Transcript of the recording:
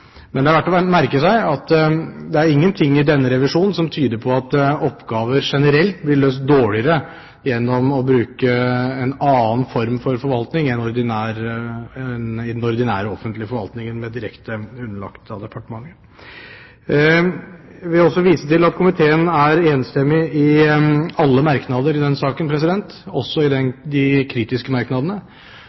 Men det er verdt å merke seg at det ikke er noe i denne revisjonen som tyder på at oppgaver generelt blir løst dårligere gjennom å bruke en annen form for forvaltning enn den ordinære offentlige forvaltningen som er direkte underlagt departementet. Jeg vil også vise til at komiteen er enstemmig i alle merknader i denne saken, også i de kritiske merknadene,